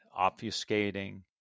obfuscating